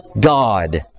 God